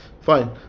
fine